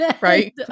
right